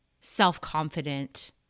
self-confident